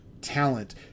talent